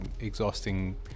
exhausting